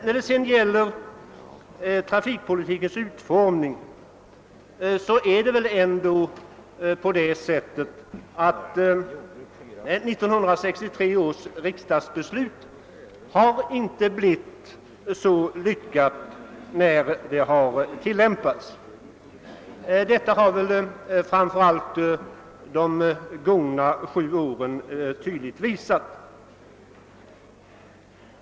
När det sedan gäller trafikpolitikens utformning är det väl ändå på det sättet, att 1963 års riksdagsbeslut inte blivit så lyckat i tillämpningen. Detta har de gångna sju åren tydligt visat.